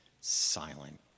silent